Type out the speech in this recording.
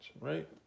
Right